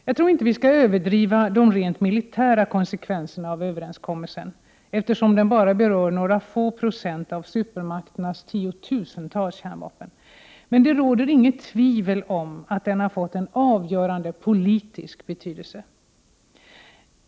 Jag tror inte att vi skall överdriva de rent militära konsekvenserna av överenskommelsen, eftersom den bara rör några få procent av supermakternas tiotusentals kärnvapen, men det råder inget tvivel om att den har fått avgörande politisk betydelse.